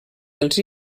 dels